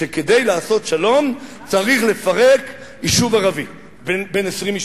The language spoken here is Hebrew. שכדי לעשות שלום צריך לפרק יישוב ערבי בן 20 משפחות,